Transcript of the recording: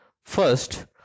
First